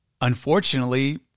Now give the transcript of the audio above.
unfortunately